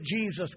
Jesus